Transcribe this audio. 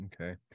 okay